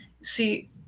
see